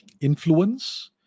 influence